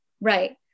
Right